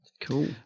cool